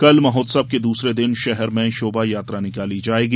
कल महोत्सव के दूसरे दिन शहर में शोभायात्रा निकाली जायेगी